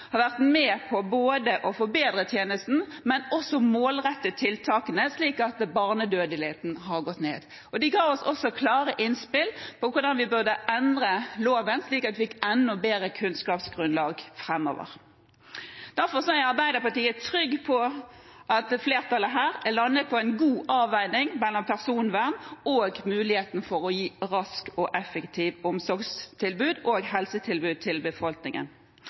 har vært med på både å forbedre tjenesten og målrette tiltakene, slik at barnedødeligheten har gått ned. De ga oss også klare innspill for hvordan vi burde endre loven, slik at vi fikk enda bedre kunnskapsgrunnlag framover. Derfor er Arbeiderpartiet trygg på at flertallet her har landet på en god avveining mellom personvern og muligheten for å gi raske og effektive omsorgstilbud og helsetilbud til befolkningen.